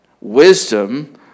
Wisdom